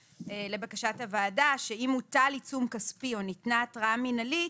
לבקשת הוועדה נוסף סעיף שאם הוטל עיצום כספי או ניתנה התראה מינהלית,